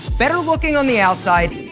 better looking on the outside,